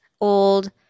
old